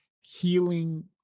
healing